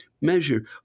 measure